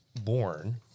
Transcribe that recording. born